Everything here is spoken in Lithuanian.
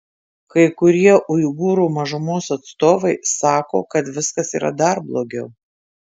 kai kurie uigūrų mažumos atstovai sako kad viskas yra dar blogiau